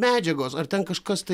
medžiagos ar ten kažkas tai